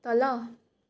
तल